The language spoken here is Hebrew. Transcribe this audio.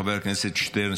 חבר הכנסת שטרן,